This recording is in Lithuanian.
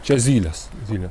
čia zylės zylė